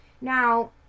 Now